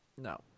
No